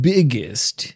Biggest